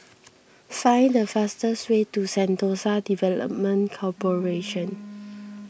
find the fastest way to Sentosa Development Corporation